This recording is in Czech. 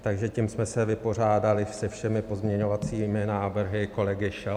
Takže tím jsme se vypořádali se všemi pozměňovací návrhy kolegy Schillera.